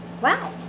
Wow